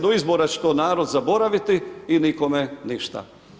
Do izbora će to narod zaboraviti i nikome ništa.